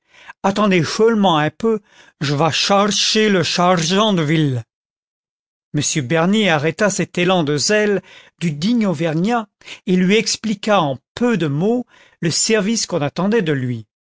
attendez cheulement un peu je vas charcher le chargent de ville m bernier arrêta cet élan de zèle du digne auvergnat et lui expliqua en peu de mots le service qu'on attendait de lui